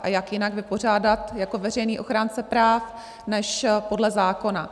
A jak jinak vypořádat jako veřejný ochránce práv než podle zákona.